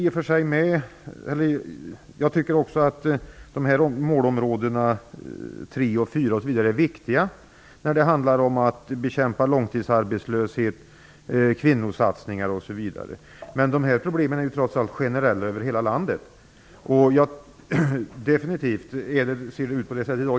Också jag tycker att målområde 3, 4, osv. är viktiga när det gäller att bekämpa långtidsarbetslöshet, kvinnosatsningar m.m. Men dessa problem är trots allt generella över hela landet. Det ser defintivt ut på det sättet.